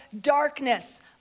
darkness